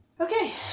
Okay